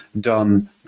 done